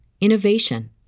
innovation